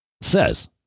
says